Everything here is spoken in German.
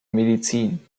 medizin